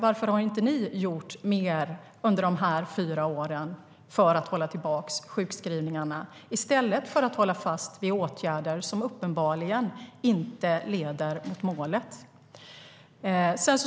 Varför har inte ni gjort mer under dessa fyra år för att hålla tillbaka sjukskrivningarna i stället för att hålla fast vid åtgärder som uppenbarligen inte leder mot målet?